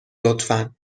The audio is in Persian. لطفا